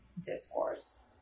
discourse